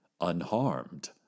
unharmed